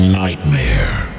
nightmare